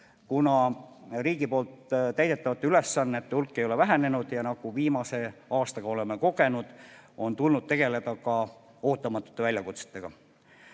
Kuna riigi poolt täidetavate ülesannete hulk ei ole vähenenud ja nagu viimase aastaga oleme kogenud, on tulnud tegeleda ka ootamatute väljakutsetega.